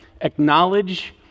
acknowledge